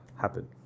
happen